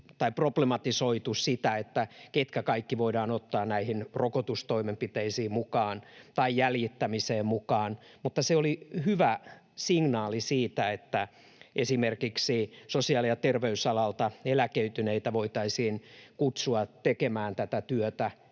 on problematisoitu sitä, ketkä kaikki voidaan ottaa näihin rokotustoimenpiteisiin tai jäljittämiseen mukaan, mutta se oli hyvä signaali siitä, että esimerkiksi sosiaali- ja terveysalalta eläköityneitä voitaisiin kutsua tekemään tätä työtä